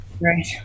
Right